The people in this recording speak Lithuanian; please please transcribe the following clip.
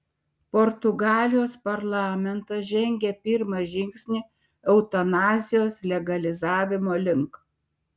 portugalijos parlamentas žengė pirmą žingsnį eutanazijos legalizavimo link